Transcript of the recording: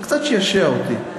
זה קצת שעשע אותי,